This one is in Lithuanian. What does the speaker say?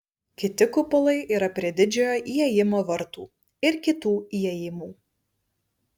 kiti kupolai yra prie didžiojo įėjimo vartų ir kitų įėjimų